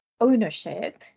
ownership